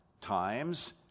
times